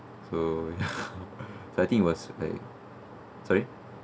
so so I think it was like sorry